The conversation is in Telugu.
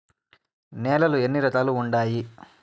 నేలలు ఎన్ని రకాలు వుండాయి?